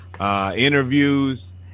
interviews